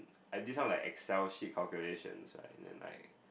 I this one like Excel sheet calculations right then like